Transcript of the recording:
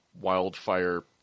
wildfire